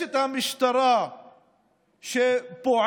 יש את המשטרה שפועלת